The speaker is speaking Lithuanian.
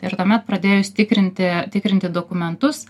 ir tuomet pradėjus tikrinti tikrinti dokumentus